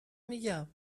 میگم